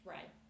Right